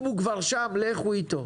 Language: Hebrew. אם הוא כבר שם לכו איתו.